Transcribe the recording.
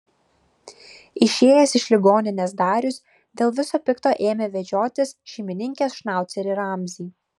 išėjęs iš ligoninės darius dėl viso pikto ėmė vedžiotis šeimininkės šnaucerį ramzį